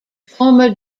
former